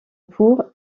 pour